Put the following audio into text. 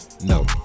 No